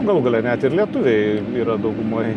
galų gale net ir lietuviai yra daugumoj